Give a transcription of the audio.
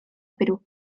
perú